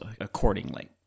accordingly